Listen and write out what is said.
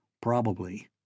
Probably